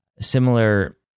similar